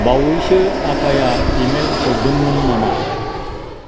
बावैसो आफाया इमेल हरदोंमोन नामा